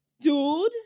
dude